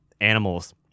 animals